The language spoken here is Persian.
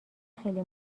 خیلی